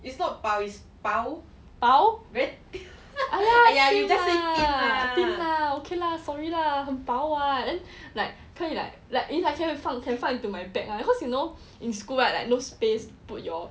薄 !aiya! thin lah okay lah sorry lah 很薄 [what] then like 可以 like like 放 into my bag cause you know in school right no space to put your